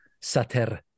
Sater